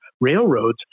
railroads